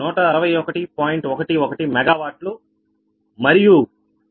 11 MW మరియు Pg2 105